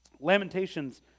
Lamentations